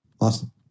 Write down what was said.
Awesome